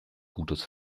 gutes